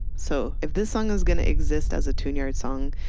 so if this song is going to exist as a tune-yards song,